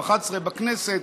בכנסת,